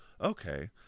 okay